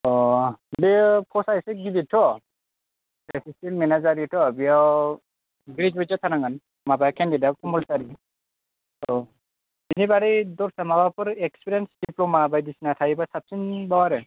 बे पस्टआ एसे गिदिरथ' एसिस्टेन मेनाजार निथ' बेयाव ग्रेजुयेट जाथारनांगोन केन्दिडेटआ कम्पलसारि औ बेनि बारै दस्रा माबाफोर इक्सपिरेन्स डिप्ल'मा बायदिसिना थायोबा साबसिनबाव आरो